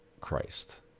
Christ